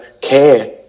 care